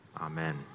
Amen